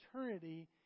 eternity